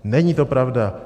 Není to pravda.